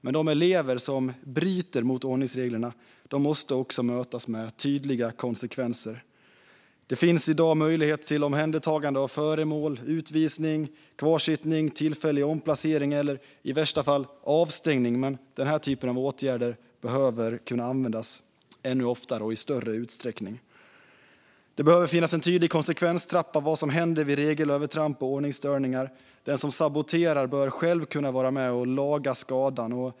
Men de elever som bryter mot ordningsreglerna måste också mötas med tydliga konsekvenser. Det finns i dag möjlighet till omhändertagande av föremål, utvisning, kvarsittning, tillfällig omplacering eller, i värsta fall, avstängning. Den typen av åtgärder behöver kunna användas ännu oftare och i större utsträckning. Det behöver finnas en tydlig konsekvenstrappa för vad som händer vid regelövertramp och ordningsstörningar. Den som saboterar bör själv kunna vara med och laga skadan.